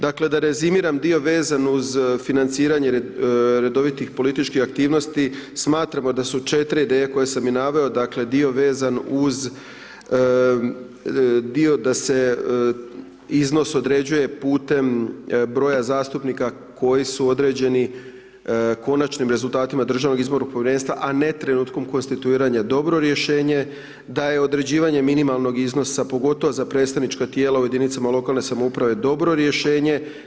Dakle, da rezimiram dio vezan uz financiranje redovitih političkih aktivnosti, smatramo da su 4 ideje koje sam i naveo, dakle dio vezan uz dio da se iznos određuje putem broja zastupnika koji su određeni konačnim rezultatima Državnog izbornog povjerenstva, a ne trenutkom konstituiranja dobro rješenje, a da je određivanje minimalnog iznosa pogotovo za predstavnička tijela u jedinicama lokalne samouprave dobro rješenje.